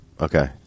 Okay